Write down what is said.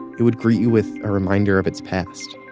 it would greet you with a reminder of its past.